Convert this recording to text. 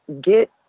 get